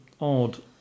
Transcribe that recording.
odd